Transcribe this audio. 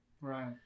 right